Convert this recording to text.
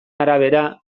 arabera